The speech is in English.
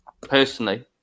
Personally